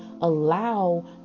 allow